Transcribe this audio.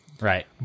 right